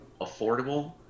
affordable